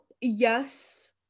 yes